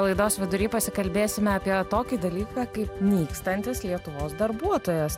laidos vidury pasikalbėsime apie tokį dalyką kaip nykstantis lietuvos darbuotojas